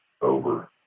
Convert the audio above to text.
over